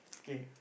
K